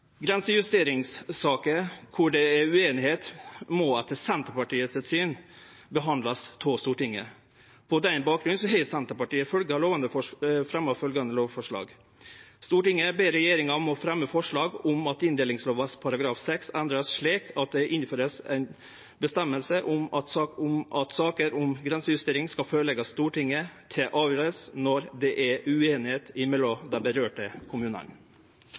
det er ueinigheit, må etter Senterpartiet sitt syn behandlast av Stortinget. På den bakgrunnen har Senterpartiet i Dokument 8-forslaget fremja følgjande forslag: «Stortinget ber regjeringen fremme forslag om at inndelingslova § 6 endres slik at det innføres en bestemmelse om at saker om grensejustering skal forelegges Stortinget til avgjørelse når det er uenighet mellom de berørte kommunene.»